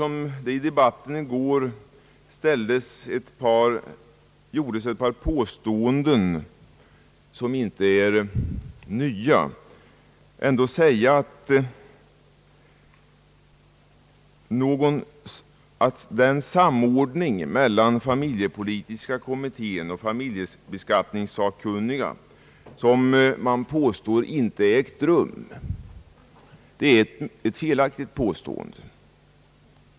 I debatten i går gjordes ett par påståenden i denna fråga, som alls inte är nya. De är dessutom felaktiga. Det gäller påståendena att en samordning mellan den familjepolitiska kommittén och familjeskatteberedningen inte har ägt rum. Detta är alltså ett felaktigt påstående.